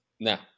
now